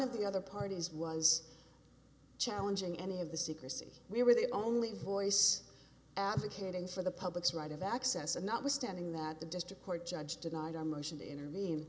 of the other parties was challenging any of the secrecy we were the only horse advocating for the public's right of access and notwithstanding that the district court judge denied our motion to intervene